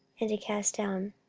and to cast down.